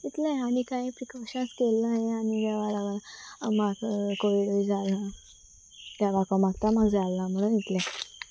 इतलें आनी कांय प्रिकोशन्स केल्लेय आनी देवा लागी म्हाका कोविडूय जालो देवा को मागता म्हाका जाल ना म्हणून इतलें